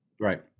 Right